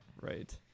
right